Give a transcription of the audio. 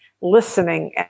listening